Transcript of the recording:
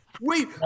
Wait